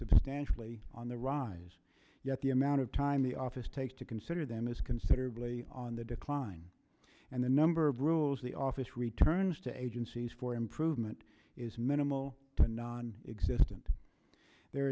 substantially on the rise yet the amount of time the office takes to consider them is considerably on the decline and the number of rules the office returns to agencies for improvement is minimal and non existant there